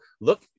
look